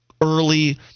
early